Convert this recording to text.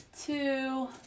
two